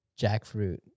jackfruit